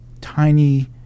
tiny